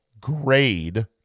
grade